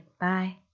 bye